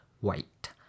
white